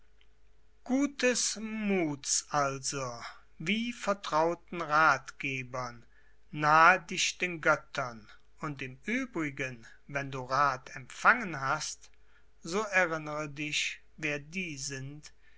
gutes muths also wie vertrauen rathgebern nahe dich den göttern und im übrigen wenn du rath empfangen hast so erinnere dich wer die sind